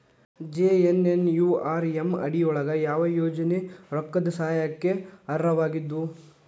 JNNURM ಅಡಿ ಯೊಳಗ ಯಾವ ಯೋಜನೆ ರೊಕ್ಕದ್ ಸಹಾಯಕ್ಕ ಅರ್ಹವಾಗಿದ್ವು?